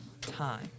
time